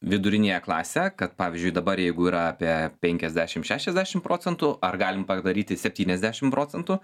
viduriniąją klasę kad pavyzdžiui dabar jeigu yra apie penkiasdešim šešiasdešim procentų ar galim padaryti septyniasdešim procentų